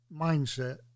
mindset